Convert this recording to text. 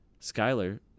Skyler